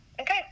Okay